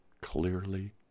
clearly